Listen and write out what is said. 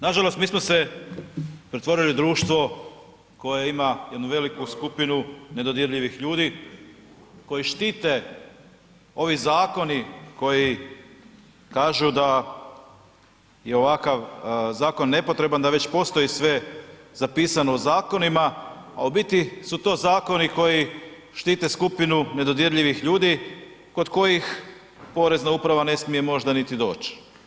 Nažalost, mi smo se pretvorili u društvo koje ima jednu veliku skupinu nedodirljivih ljudi koji štite ovi zakoni koji kažu da je ovakav zakon nepotreban, da već postoji sve zapisano u zakonima, a u biti su to zakoni koji štite skupinu nedodirljivih ljudi kod kojih porezna uprava ne smije možda niti doć.